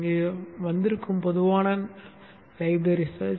இங்கு வந்திருக்கும் பொதுவான நூலகத் தேடல்